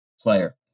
player